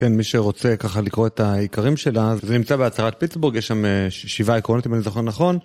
כן, מי שרוצה ככה לקרוא את העיקרים שלה, זה נמצא בהצהרת פיצבורג, יש שם שבעה עקרונות אם אני זוכר נכון.